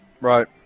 Right